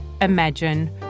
imagine